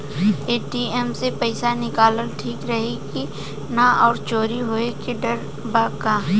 ATM से पईसा निकालल ठीक रही की ना और चोरी होये के डर बा का?